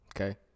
Okay